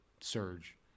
surge